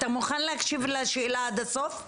אתה מוכן להקשיב לשאלה עד הסוף?